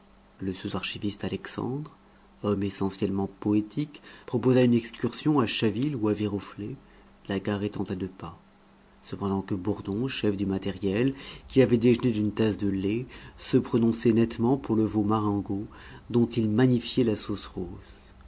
le sous archiviste alexandre homme essentiellement poétique proposa une excursion à chaville ou à viroflay la gare étant à deux pas cependant que bourdon chef du matériel qui avait déjeuné d'une tasse de lait se prononçait nettement pour le veau marengo dont il magnifiait la sauce rousse